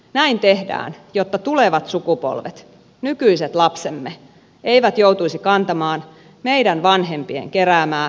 näin tehdään jotta tulevat sukupolvet nykyiset lapsemme eivät joutuisi kantamaan meidän vanhempien keräämää kohtuutonta velkataakkaa